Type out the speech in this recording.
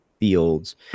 Fields